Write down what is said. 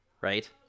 right